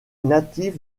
natif